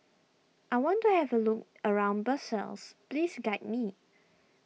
I want to have a look around Brussels please guide me